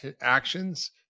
actions